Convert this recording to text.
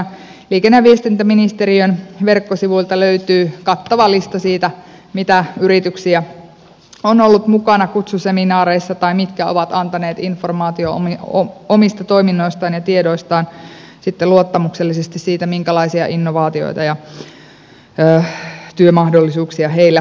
liikenne ja viestintäministeriön verkkosivuilta löytyy kattava lista siitä mitä yrityksiä on ollut mukana kutsuseminaareissa tai mitkä ovat antaneet informaatiota omista toiminnoistaan ja tiedoistaan ja sitten luottamuksellisesti siitä minkälaisia innovaatioita ja työmahdollisuuksia heillä kokonaisuudessa on